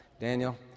Daniel